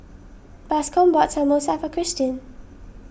Bascom bought Samosa for Kirstin